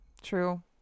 true